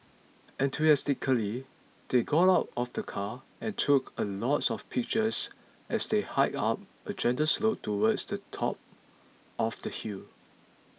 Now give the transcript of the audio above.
enthusiastically they got out of the car and took a lot of pictures as they hiked up a gentle slope towards the top of the hill